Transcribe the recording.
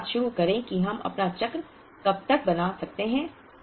इसके साथ शुरू करें कि हम अपना चक्र कब तक बना सकते हैं